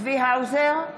צבי האוזר,